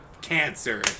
cancer